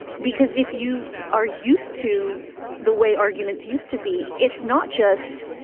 because if you are used to the way arguments used to be, it's not just,